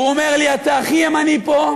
והוא אומר לי: אתה הכי ימני פה,